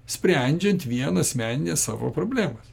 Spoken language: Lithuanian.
sprendžiant vien asmenines savo problemas